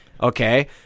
Okay